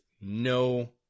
no